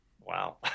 wow